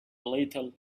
little